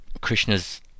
Krishna's